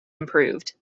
improved